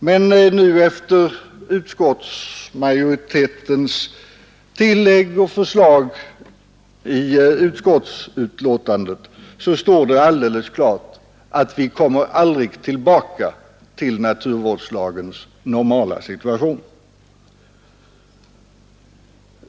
Men nu, efter utskottsmajoritetens tillägg och förslag i utskottets betänkande står det alldeles klart att vi aldrig kommer tillbaka till naturvårdslagens normala situation.